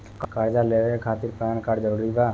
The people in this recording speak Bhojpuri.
कर्जा लेवे खातिर पैन कार्ड जरूरी बा?